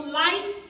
life